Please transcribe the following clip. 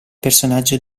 personaggio